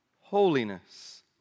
holiness